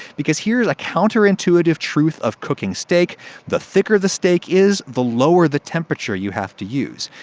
because here's a counterintuitive truth of cooking steak the thicker the steak is, the lower the temperature you have to use.